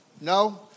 No